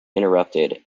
interrupted